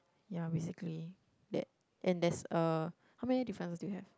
ya basically that and there's uh how many difference do you have